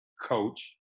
coach